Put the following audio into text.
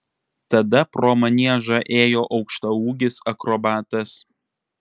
tada pro maniežą ėjo aukštaūgis akrobatas